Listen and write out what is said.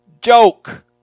joke